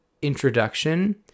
introduction